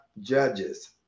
judges